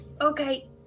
Okay